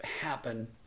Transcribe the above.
happen